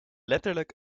letterlijk